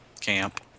camp